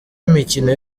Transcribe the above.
imikino